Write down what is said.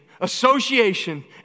association